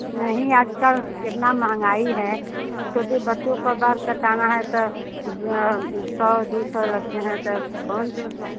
नहीं आज कल कितनी महंगाई है छोटे बच्चों का बाल काटना है तो सौ दो सौ लगते हैं तो कौन दो सौ